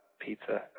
pizza